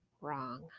Wrong